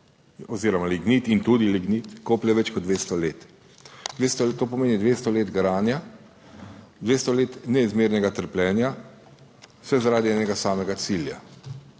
premog in lignit kopljeta več kot 200 let. To pomeni 200 let garanja, 200 let neizmernega trpljenja, vse zaradi enega samega cilja: